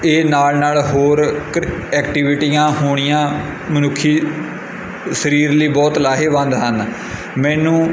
ਇਹ ਨਾਲ ਨਾਲ ਹੋਰ ਕ ਐਕਟੀਵਿਟੀਆਂ ਹੋਣੀਆਂ ਮਨੁੱਖੀ ਸਰੀਰ ਲਈ ਬਹੁਤ ਲਾਹੇਵੰਦ ਹਨ ਮੈਨੂੰ